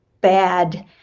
bad